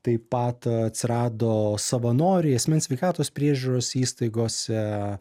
taip pat atsirado savanoriai asmens sveikatos priežiūros įstaigose